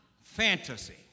fantasy